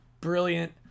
brilliant